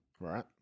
Right